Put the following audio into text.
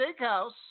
steakhouse